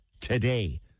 today